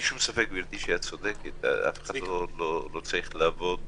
אין ספק שאת צודקת, לא צריך לעבוד